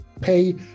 pay